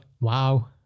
Wow